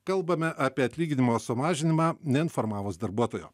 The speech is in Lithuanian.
kalbame apie atlyginimo sumažinimą neinformavus darbuotojo